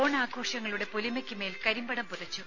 ഓണാഘോഷങ്ങളുടെ പൊലിമക്കുമേൽ കരിമ്പടം പുതച്ചു